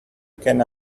can